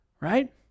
Right